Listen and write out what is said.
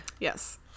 Yes